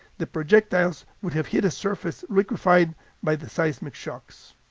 the projectiles would have hit a surface liquefied by the seismic shocks.